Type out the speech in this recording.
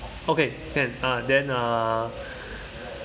okay can uh then uh